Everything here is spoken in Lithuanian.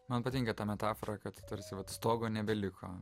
man patinka ta metafora kad tarsi vat stogo nebeliko